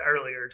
earlier